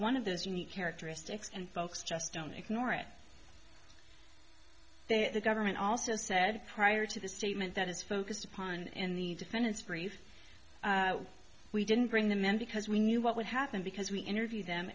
one of those unique characteristics and folks just don't ignore it the government also said prior to the statement that is focused upon in the defendant's brief we didn't bring the men because we knew what would happen because we interviewed them